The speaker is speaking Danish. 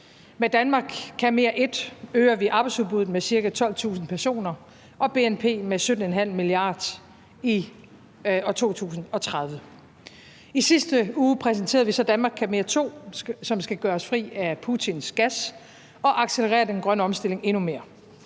Med »Danmark kan mere I« øger vi arbejdsudbuddet med ca. 12.000 personer og bnp med 17,5 mia. kr. i år 2030. I sidste uge præsenterede vi så »Danmark kan mere II«, som skal gøre os fri af Putins gas og accelerere den grønne omstilling endnu mere.